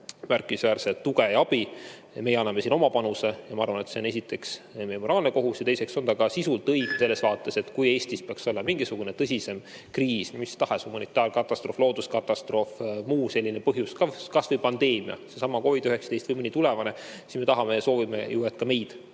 märkimisväärselt tuge ja abi. Meie anname oma panuse. Ma arvan, et see on esiteks meie moraalne kohus ja teiseks on ta ka sisult õige selles vaates, et kui Eestis peaks olema mingisugune tõsisem kriis, mis tahes humanitaarkatastroof, looduskatastroof või muu selline põhjus, kas või pandeemia, seesama COVID-19 või mõni tulevane, siis me tahame ja soovime ju, et ka meid